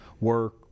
work